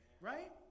right